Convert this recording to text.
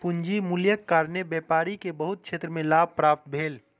पूंजीक मूल्यक कारणेँ व्यापारी के बहुत क्षेत्र में लाभ प्राप्त भेल